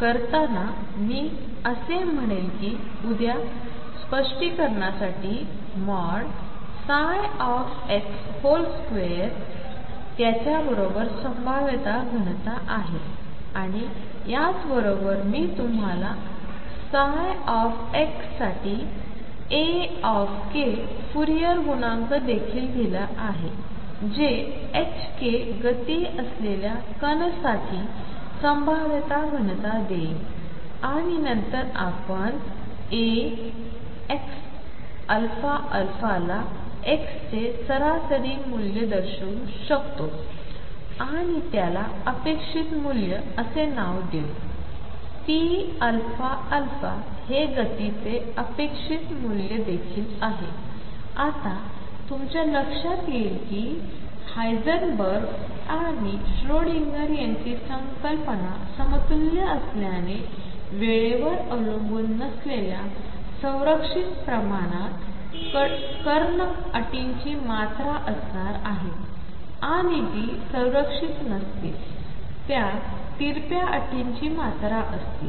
करताना मी असे म्हणेल कि उद्य स्पष्टीकरणासाठी x2 त्याच्याबरोबर संभाव्यता घनता आहे आणि याच बरोबर मी तुम्हाला x साठी A फूरियर गुणांक देखील दिला आहे जे ℏk गती असलेल्या कण साठी संभाव्यता घनता देईल आणि नंतर आपण xαα ला x चे सरासरी मूल्य म्हणून दर्शवू आणि त्याला अपेक्षित मूल्य असे नाव देऊ आणि pαα हे गतीचे अपेक्षित मूल्य देखील आहे आता तुमच्या लक्षात येईल कि हीझेनबर्ग आणि श्रोडिंगर यांची संकल्पना समतुल्य असल्याने वेळेवर अवलंबून नसलेल्या संरक्षित प्रमाणात कर्ण अटींची मात्रा असणार आहे आणि जी संरक्षित नसतील त्या तिरपे अटींची मात्रा असतील